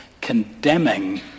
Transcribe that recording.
condemning